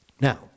Now